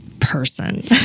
person